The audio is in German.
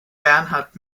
bernhard